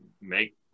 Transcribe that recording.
make